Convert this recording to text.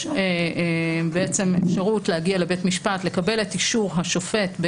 יש אפשרות להגיע לבית משפט ולקבל את אישור השופט.